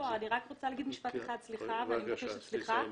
אני רוצה להגיד משפט אחד, ואני מבקשת סליחה.